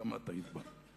גם את היית בה,